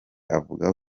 avuga